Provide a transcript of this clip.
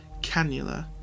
cannula